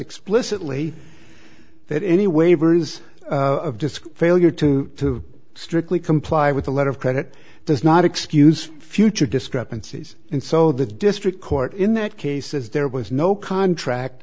explicitly that any waivers of disk failure to strictly comply with the letter of credit does not excuse future discrepancies and so the district court in that case says there was no contract